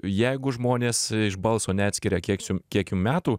jeigu žmonės iš balso neatskiria kiek sium jum metų